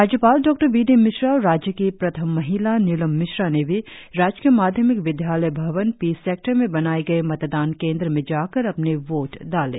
राज्यपाल Dr B D Mishra और राज्य की प्रथम महिला नीलम मिश्रा ने भी राजकीय माध्यमिक विदयालय भवन पी सेक्टर में बनाए गए मतदान केंद्र में जाकर अपने वोट डाले